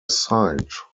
sight